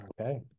Okay